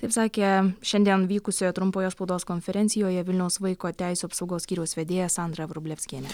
taip sakė šiandien vykusioje trumpoje spaudos konferencijoje vilniaus vaiko teisių apsaugos skyriaus vedėja sandra vrublevskienė